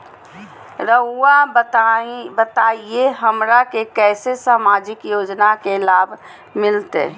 रहुआ बताइए हमरा के कैसे सामाजिक योजना का लाभ मिलते?